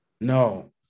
No